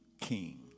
king